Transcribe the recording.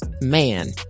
man